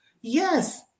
Yes